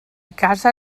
casa